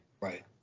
right